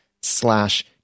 slash